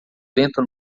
vento